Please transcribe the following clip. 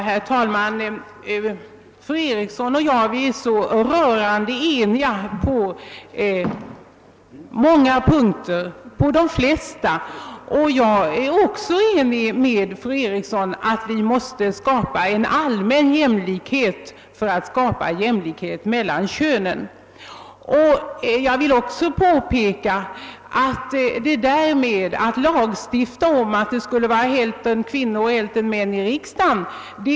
Herr talman! Fru Eriksson i Stockholm och jag är rörande eniga på de flesta punkter. Jag håller med henne om att vi måste skapa en allmän jämlikhet för att det skall kunna bli verklig jämlikhet mellan könen. Men jag vill påpeka, att vi i folkpartiet absolut inte vill vara med om någon lagstiftning om att det skall vara hälften kvinnor och hälften män i riksdagen.